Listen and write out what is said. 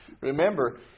remember